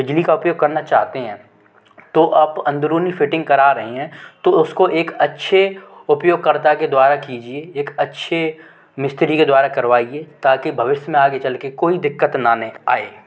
बिजली का उपयोग करना चाहते हैं तो आप अंधरूनी फ़िटिंग करा रहे हैं तो उसको एक अच्छे उपयोगकरता के द्वारा कीजिए एक अच्छे मिस्त्री के द्वारा करवाइए ताकि भविष्य में आगे चल के कोई दिक्कत ना आए